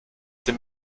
dem